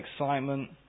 excitement